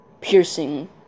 piercing